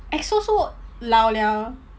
exo so 老 liao